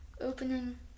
opening